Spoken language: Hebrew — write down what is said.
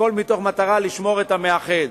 הכול מתוך מטרה לשמור את המאחד.